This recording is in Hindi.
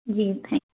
जी ठीक